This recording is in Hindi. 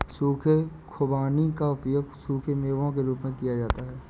सूखे खुबानी का उपयोग सूखे मेवों के रूप में किया जाता है